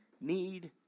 need